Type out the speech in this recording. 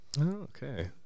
Okay